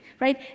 right